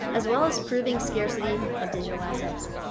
as well as proving scarcity of digital assets.